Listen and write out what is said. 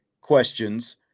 questions